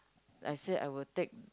I said I will take